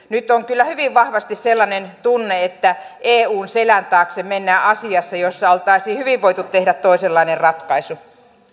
nyt on kyllä hyvin vahvasti sellainen tunne että eun selän taakse mennään asiassa jossa oltaisiin hyvin voitu tehdä toisenlainen ratkaisu